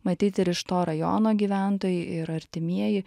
matyt ir iš to rajono gyventojai ir artimieji